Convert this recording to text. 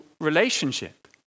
relationship